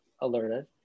Alerted